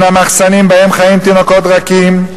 מן המחסנים שבהם חיים תינוקות רכים.